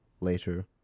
later